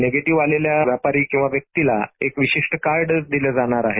negative आलेल्या व्यापारी किंवा व्यक्तीला एक विशिष्ट कार्ड दिलं जाणार आहे